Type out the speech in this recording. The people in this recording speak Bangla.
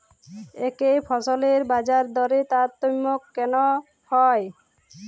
একই ফসলের বাজারদরে তারতম্য কেন হয়?